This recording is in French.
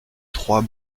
trois